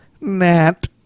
Nat